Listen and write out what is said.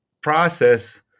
process